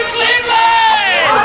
Cleveland